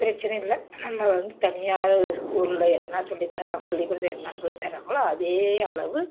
பிரச்சனை இல்லை நம்ம வந்து தனியார் ஸ்கூலில் என்ன சொல்லித்தராங்க பள்ளிக்கூடத்தில் என்ன சொல்லித்தராங்களோ அதே அளவு